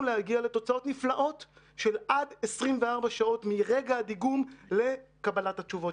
להגיע לתוצאות נפלאות של עד 24 שעות מרגע הדיגום לקבלת התשובות,